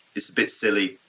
it's a bit silly,